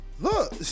look